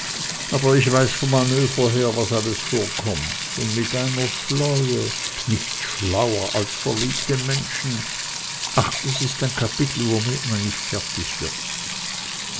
aber ich weiß vom manöver her was alles vorkommt und mit einer schläue nichts schlauer als verliebte menschen ach das ist ein kapitel womit man nicht fertig wird